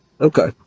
Okay